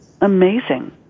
amazing